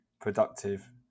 productive